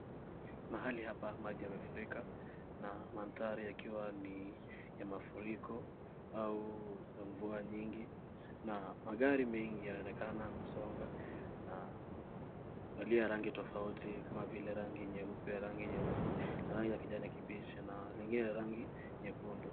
Mahali hapa maji yamefurika ,na mandhari yakiwa ni ya mafuriko au mvua nyingi ,na magari mingi yanaonekana kusonga na yaliyo ya rangi tofauti kama vile rangi nyeupe, rangi nyeusi na rangi ya kijani kibichi na nyingine rangi nyekundu.